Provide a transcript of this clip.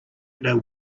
know